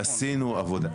לא, אבל עשינו עבודה.